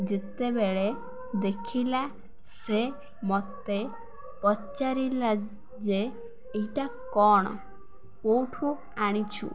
ଯେତେବେଳେ ଦେଖିଲା ସେ ମତେ ପଚାରିଲା ଯେ ଏଇଟା କ'ଣ କୋଉଠୁ ଆଣିଛୁ